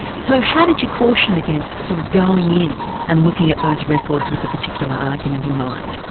so how did you caution against sort of going in and looking at those records with a particular argument in mind?